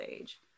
age